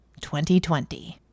2020